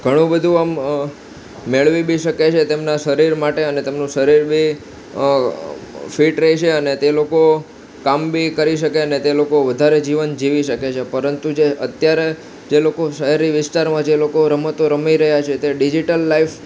ઘણું બધુ આમ મેળવી બી શકે છે તેમનાં શરીર માટે અને તેમનું શરીર બી ફિટ રહે છે અને તે લોકો કામ બી કરી શકે અને તે લોકો વધારે જીવન જીવી શકે છે પરંતુ જે અત્યારે જે લોકો શહેરી વિસ્તારમાં જે લોકો રમતો રમી રહ્યા છે તે ડિજિટલ લાઈફ